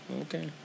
Okay